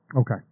Okay